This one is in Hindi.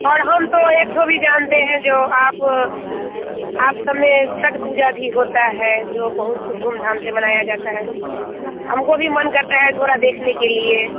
और हम तो एक ठो भी जानते हैं जो आप आप सब में छत्त पूजा भी होती है जो बहुत धूम धाम से मनाई जाती है हमको भी मन करता है थोड़ा देखने के लिए